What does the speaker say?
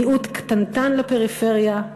מיעוט קטנטן לפריפריה,